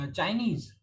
Chinese